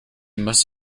must